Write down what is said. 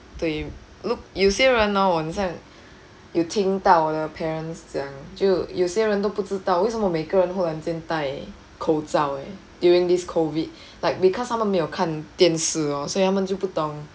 对 look 有些人 hor 我很像有听到我的 parents 讲就有些人都不知道为什么每个人忽然间戴口罩 eh during this COVID like because 他们没有看电视 lor 所以她们就不懂